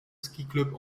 skiclub